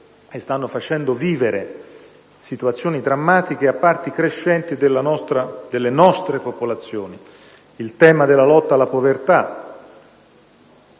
stanno facendo vivere situazioni drammatiche a parti crescenti delle nostre popolazioni. Attorno al tema della lotta alla povertà